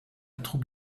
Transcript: troupe